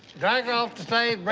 drag off the stage,